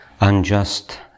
unjust